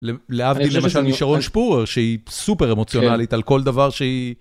להבדיל למשל משרון שפורר שהיא סופר אמוציונלית על כל דבר שהיא...